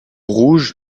rouge